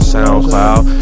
SoundCloud